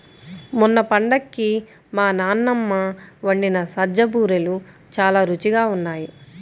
మొన్న పండక్కి మా నాన్నమ్మ వండిన సజ్జ బూరెలు చాలా రుచిగా ఉన్నాయి